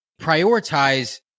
prioritize